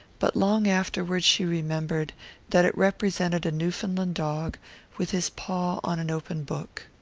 but long afterward she remembered that it represented a newfoundland dog with his paw on an open book.